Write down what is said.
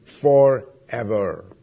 forever